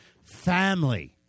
Family